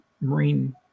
Marine